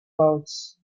boats